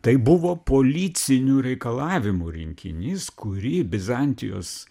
tai buvo policinių reikalavimų rinkinys kurį bizantijos